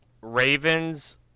Ravens